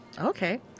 Okay